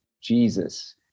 Jesus